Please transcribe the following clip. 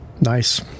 nice